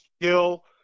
skill